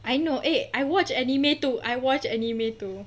I know eh I watch anime too I watch anime too